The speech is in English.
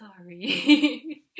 sorry